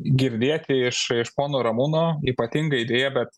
girdėti iš iš pono ramūno ypatingai deja bet